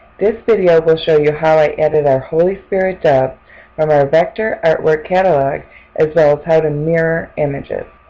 this video will show you how i added our holy spirit doves from our vector artwork catalog as well as how to mirror images.